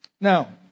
Now